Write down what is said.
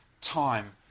time